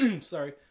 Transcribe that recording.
Sorry